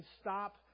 stop